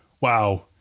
wow